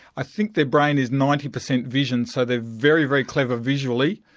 i think their brain is ninety percent vision, so they're very, very clever visually.